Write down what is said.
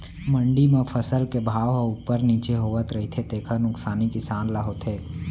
मंडी म फसल के भाव ह उप्पर नीचे होवत रहिथे तेखर नुकसानी किसान ल होथे